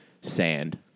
sand